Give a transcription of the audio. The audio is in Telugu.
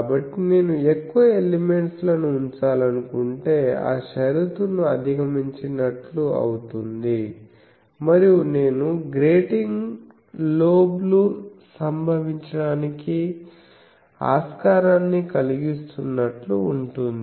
కాబట్టి నేను ఎక్కువ ఎలిమెంట్స్ లను ఉంచాలనుకుంటే ఆ షరతును అధిగమించినట్లు అవుతుంది మరియు నేను గ్రేటింగ్ లోబ్ లు సంభవించడానికి ఆస్కారాన్ని కలిగిస్తున్నట్లు ఉంటుంది